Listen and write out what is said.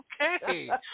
Okay